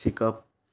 शिकप